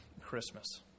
Christmas